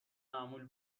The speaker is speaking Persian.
معمول